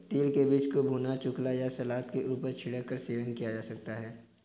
तिल के बीज को भुना, कुचला या सलाद के ऊपर छिड़क कर सेवन किया जा सकता है